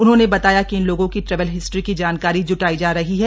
उन्होंने बताया कि इन लोगों की ट्रैवल हिस्ट्री की जानकारी जूटाई जा रही है